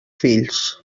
fills